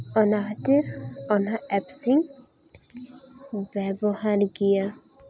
ᱚᱱᱟ ᱠᱷᱟᱹᱛᱤᱨ ᱚᱱᱟ ᱮᱯᱥ ᱤᱧ ᱵᱮᱵᱚᱦᱟᱨ ᱜᱮᱭᱟ